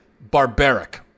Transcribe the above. barbaric